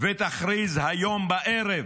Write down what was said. ותכריז היום בערב